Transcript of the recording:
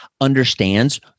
understands